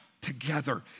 together